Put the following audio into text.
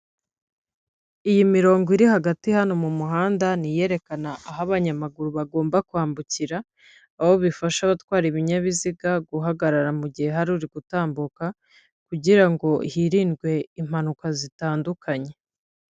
Iyi mirongo iri hagati hano mu muhanda ni iyerekana aho abanyamaguru bagomba kwambukira, aho bifasha abatwara ibinyabiziga guhagarara mu gihe hari uri gutambuka kugirango hirindwe impanuka zitandukanye.